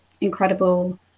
incredible